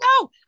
No